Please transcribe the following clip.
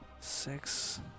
Six